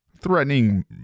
Threatening